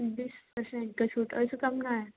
बीस परसेन्टके छूट अइसँ कम नहि